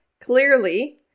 clearly